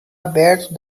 aberto